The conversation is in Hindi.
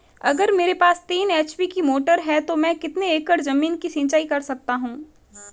अगर मेरे पास तीन एच.पी की मोटर है तो मैं कितने एकड़ ज़मीन की सिंचाई कर सकता हूँ?